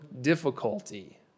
difficulty